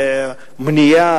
בתופעה.